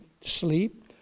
sleep